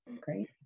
Great